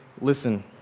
listen